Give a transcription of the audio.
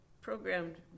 programmed